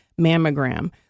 mammogram